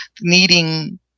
needing